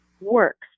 works